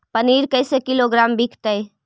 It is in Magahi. पनिर कैसे किलोग्राम विकतै?